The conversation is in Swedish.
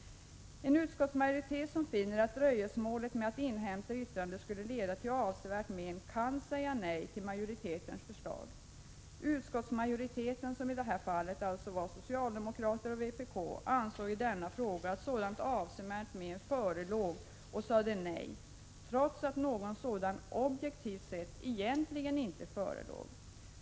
En utskottsmajoritet som finner att dröjsmålet med att inhämta yttrande skulle leda till avsevärt men kan säga nej till minoritetens förslag. Utskotts majoriteten, som i det här fallet var socialdemokraterna och vänsterpartiet kommunisterna, ansåg i denna fråga att sådant avsevärt men förelåg och sade nej, trots att något men objektivt sett egentligen inte förelåg.